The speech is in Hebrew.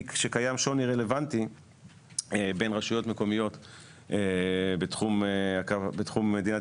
שקיים שוני רלוונטי בין רשויות מקומיות בתחום מדינת